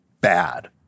bad